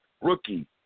rookie